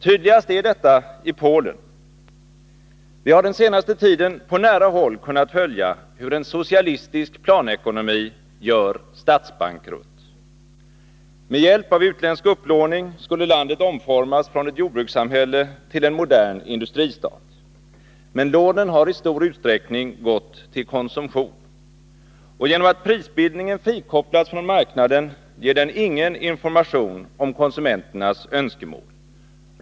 Tydligast är dettai Polen. Vi har den senaste tiden på nära håll kunnat följa hur en socialistisk planekonomi gör statsbankrutt. Med hjälp av utländsk upplåning skulle landet omformas från ett jordbrukssamhälle till en modern industristat. Men lånen har i stor utsträckning gått till konsumtion. Genom att prisbildningen frikopplats från marknaden ger den ingen information om konsumenternas önskemål.